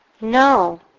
No